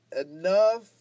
enough